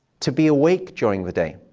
to be awake during the day.